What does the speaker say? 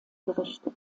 gerichtet